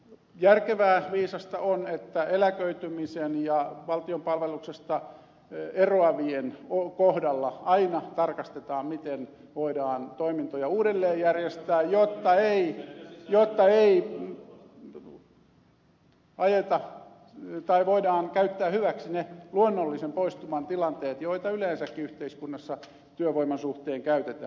järkevää viisasta on että eläköitymisen ja valtion palveluksesta eroavien kohdalla aina tarkastetaan miten voidaan toimintoja järjestää uudelleen jotta voidaan käyttää hyväksi ne luonnollisen poistuman tilanteet joita yleensäkin yhteiskunnassa työvoiman suhteen käytetään